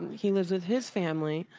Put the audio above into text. he lives with his family,